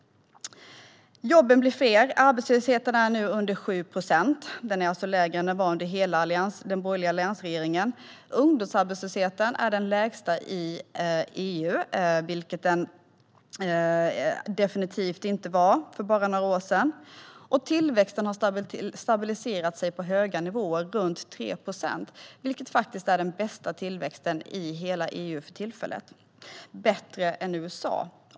Jobben blir fler. Arbetslösheten är nu under 7 procent, alltså lägre än vad den var under hela den borgerliga alliansregeringen. Ungdomsarbetslösheten är den lägsta i EU, vilket den definitivt inte var för bara några år sedan. Tillväxten har stabiliserat sig på höga nivåer, runt 3 procent, vilket för tillfället är den högsta tillväxten i hela EU - högre än i USA.